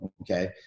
okay